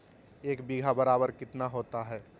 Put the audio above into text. एक बीघा बराबर कितना होता है?